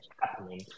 happening